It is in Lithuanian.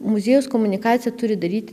muziejaus komunikaciją turi daryti